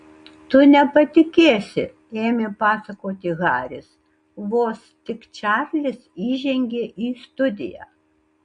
tu nepatikėsi ėmė pasakoti haris vos tik čarlis įžengė į studiją